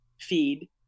feed